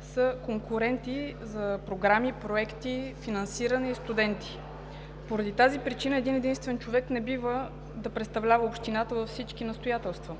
са конкуренти за програми, проекти, финансиране и студенти. Поради тази причина един-единствен човек не бива да представлява общината във всички настоятелства.